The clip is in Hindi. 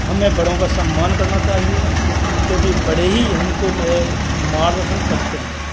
हमें बड़ों का सम्मान करना चाहिए क्योंकि बड़े ही हमको जो है मार्गदर्शन करते हैं